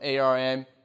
ARM